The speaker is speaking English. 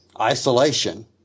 isolation